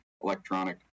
electronic